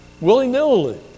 willy-nilly